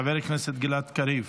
חבר הכנסת גלעד קריב,